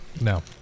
No